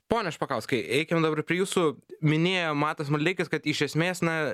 pone špakauskai eikim dabar prie jūsų minėjo matas maldeikis kad iš esmės na